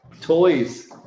toys